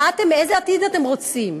איזה עתיד אתם רוצים?